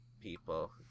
people